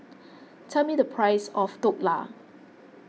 tell me the price of Dhokla